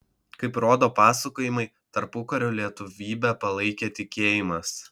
kaip rodo pasakojimai tarpukariu lietuvybę palaikė tikėjimas